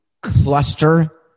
cluster